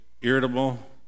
irritable